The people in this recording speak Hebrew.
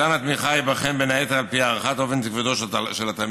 מתן התמיכה ייבחן בין היתר על פי הערכת אופן תפקודו של התלמיד,